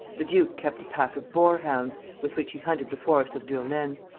the duke kept a pack of boar-hounds, with which he hunted the forest of durlaine.